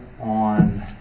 on